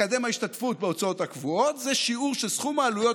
מקדם ההשתתפות בהוצאות הקבועות זה שיעור של סכום העלויות